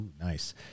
Nice